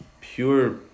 pure